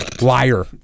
liar